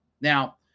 Now